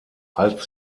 als